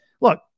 Look